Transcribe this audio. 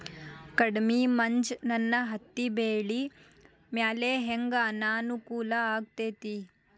ಕಡಮಿ ಮಂಜ್ ನನ್ ಹತ್ತಿಬೆಳಿ ಮ್ಯಾಲೆ ಹೆಂಗ್ ಅನಾನುಕೂಲ ಆಗ್ತೆತಿ?